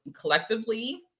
collectively